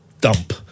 dump